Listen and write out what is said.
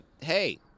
hey